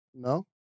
No